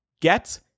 Get